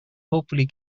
hopefully